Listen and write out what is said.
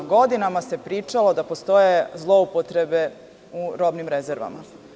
Godinama se pričalo da postoje zloupotrebe u robnim rezervama.